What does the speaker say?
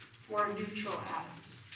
for neutral atoms.